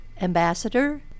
ambassador